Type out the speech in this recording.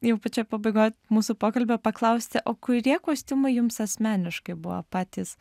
jau pačioj pabaigoj mūsų pokalbio paklausti o kurie kostiumai jums asmeniškai buvo patys